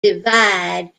divide